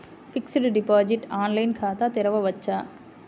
Fixed deposit online ఖాతా తెరువవచ్చా?